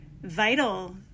vital